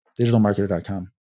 digitalmarketer.com